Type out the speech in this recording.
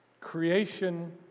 Creation